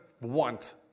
want